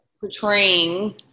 portraying